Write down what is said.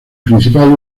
principal